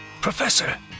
Professor